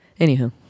anywho